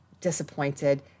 disappointed